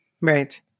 Right